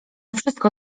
wszystko